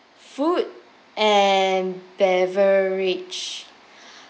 food and beverage